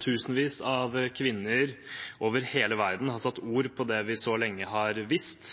Tusenvis av kvinner over hele verden har satt ord på det vi så lenge har visst,